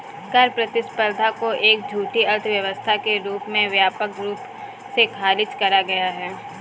कर प्रतिस्पर्धा को एक झूठी अर्थव्यवस्था के रूप में व्यापक रूप से खारिज करा गया है